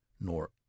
nor